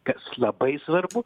kas labai svarbu